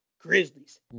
Grizzlies